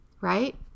right